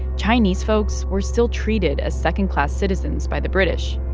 chinese folks were still treated as second-class citizens by the british.